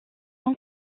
son